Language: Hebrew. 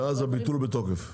ואז הביטול בתוקף.